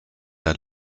der